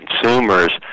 consumers